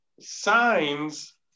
signs